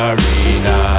Arena